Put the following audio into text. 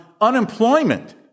unemployment